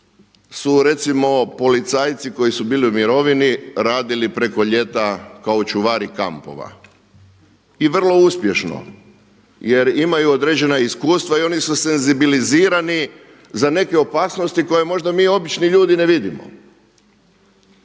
su recimo policajci koji su bili u mirovini radili preko ljeta kao čuvari kampova. I vrlo uspješno. Jer imaju određena iskustva i oni su senzibilizirani za neke opasnosti koje mi možda obični ljudi ne vidimo.